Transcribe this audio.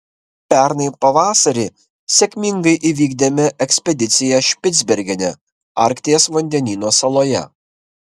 pernai pavasarį sėkmingai įvykdėme ekspediciją špicbergene arkties vandenyno saloje